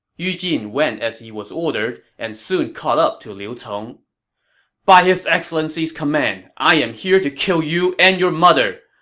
yu jin went as he was ordered and soon caught up to liu cong by his excellency's command, i am here to kill you and your mother!